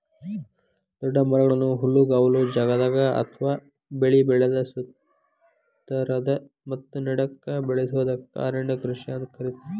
ದೊಡ್ಡ ಮರಗಳನ್ನ ಹುಲ್ಲುಗಾವಲ ಜಗದಾಗ ಅತ್ವಾ ಬೆಳಿ ಬೆಳದ ಸುತ್ತಾರದ ಮತ್ತ ನಡಕ್ಕ ಬೆಳಸೋದಕ್ಕ ಅರಣ್ಯ ಕೃಷಿ ಅಂತ ಕರೇತಾರ